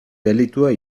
delitua